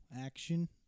action